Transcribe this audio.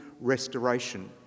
restoration